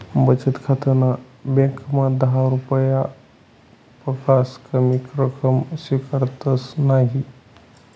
बचत खाताना ब्यांकमा दहा रुपयापक्सा कमी रक्कम स्वीकारतंस नयी